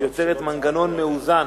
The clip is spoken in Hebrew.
היא יוצרת מנגנון מאוזן